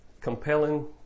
compelling